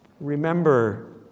Remember